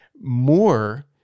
more